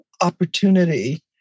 opportunity